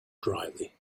dryly